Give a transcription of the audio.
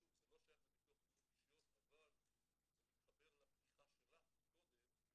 ושוב זה לא שייך לביטוח תאונות אישיות אבל זה מתחבר לפתיחה שלך מקודם,